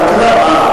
מה קרה?